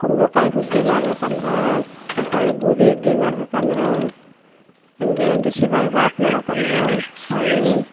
ಕುಂಬ್ಳಕಾಯಿ ಹುಗ್ಗಿ ಮಾಡ್ಬೇಕಂದರಾ ಒಳ್ಳಿಯ ಗೋದಿ ಹುಗ್ಗಿ ಮಾಡ್ಬೇಕು ಅಂದರೆ ಹೀಗೇನೆ ಬಿಸಿಬೇಳೆಬಾತು ಮಾಡ್ಬೇಕಂದರೆ ಒಳ್ಳಿಯ